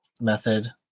method